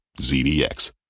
ZDX